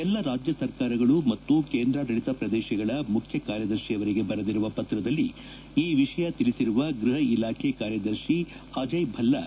ಎಲ್ಲ ರಾಜ್ಯ ಸರ್ಕಾರಗಳು ಮತ್ತು ಕೇಂದ್ರಾಡಳಿತ ಪ್ರದೇಶಗಳ ಮುಖ್ಯ ಕಾರ್ಯದರ್ಶಿ ಅವರಿಗೆ ಬರೆದಿರುವ ಪತ್ರದಲ್ಲಿ ಈ ವಿಷಯ ತಿಳಿಸಿರುವ ಗ್ರಹ ಇಲಾಬೆ ಕಾರ್ಯದರ್ಶಿ ಅಜಯ್ ಭಲ್ಲಾ